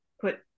put